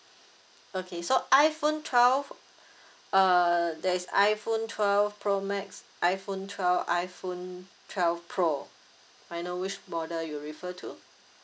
okay so iPhone twelve uh there is iPhone twelve pro max iPhone twelve iPhone twelve pro may I know which model you refer to